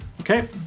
Okay